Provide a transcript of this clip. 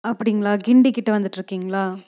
அப்படிங்களா கிண்டி கிட்ட வந்துகிட்ருக்கிங்களா